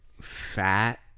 fat